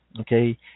Okay